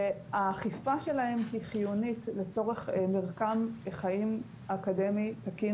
שהאכיפה שלהן היא חיונית לצורך מרקם חיים אקדמי תקין